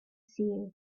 seer